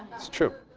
it's true.